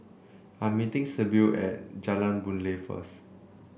I am meeting Sybil at Jalan Boon Lay first